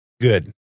Good